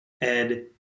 Ed